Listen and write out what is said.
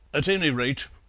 at any rate,